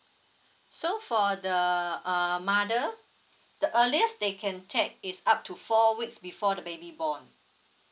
so for the uh mother the earliest they can take is up to four weeks before the baby born